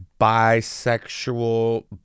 bisexual